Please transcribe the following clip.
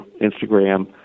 Instagram